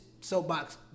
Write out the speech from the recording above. soapbox